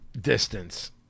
distance